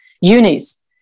unis